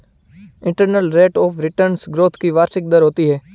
internal rate of return growth की वार्षिक दर होती है